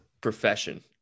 profession